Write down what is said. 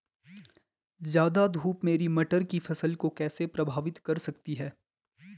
ज़्यादा धूप मेरी मटर की फसल को कैसे प्रभावित कर सकती है?